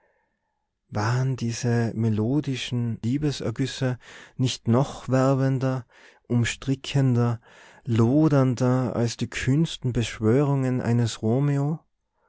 waren diese melodischen liebesergüsse nicht noch werbender umstrickender lodernder als die kühnsten beschwörungen eines romeo